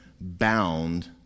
bound